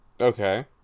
Okay